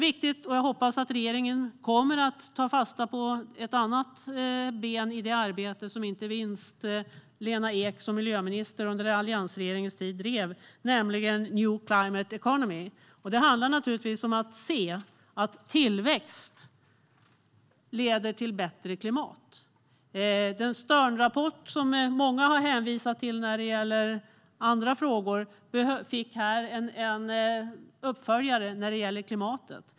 Jag hoppas att regeringen också kommer att ta fasta på ett annat viktigt ben i det arbete som inte minst Lena Ek som miljöminister under alliansregeringens tid drev, nämligen arbetet med new climate economy. Det handlar om att se att tillväxt leder till bättre klimat. Den Sternrapport som många har hänvisat till när det gäller andra frågor fick här en uppföljare när det gäller klimatet.